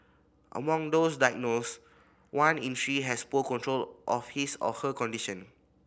among those diagnosed one in three has poor control of his or her condition